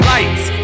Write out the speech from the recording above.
Lights